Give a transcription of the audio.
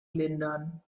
lindern